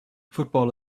football